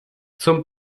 zum